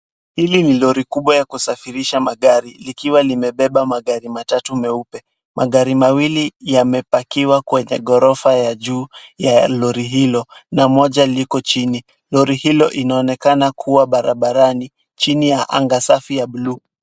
Hii ni lori kubwa ya kusafirisha magari, likiwa limebeba magari matatu meupe. Magari mawili yamepakiwa kwenye ghorofa ya juu la gari hilo na moja liko chini. Lori hilo inaonekana kuwa barabarani, chini ya anga safi ya buluu.